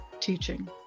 teaching